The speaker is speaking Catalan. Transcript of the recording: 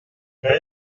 que